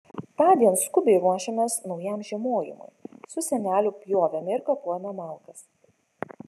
tądien skubiai ruošėmės naujam žiemojimui su seneliu pjovėme ir kapojome malkas